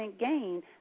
gain